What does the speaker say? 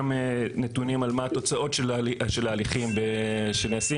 גם נתונים על מה התוצאות של ההליכים שנעשים,